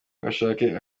ashake